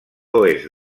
oest